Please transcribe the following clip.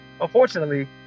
Unfortunately